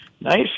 nice